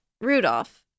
Rudolph